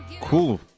Cool